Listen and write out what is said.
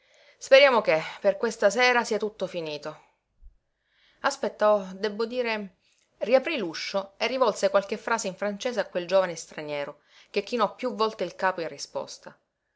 speriamo che per questa sera sia tutto finito aspetta oh debbo dire riaprí l'uscio e rivolse qualche frase in francese a quel giovane straniero che chinò piú volte il capo in risposta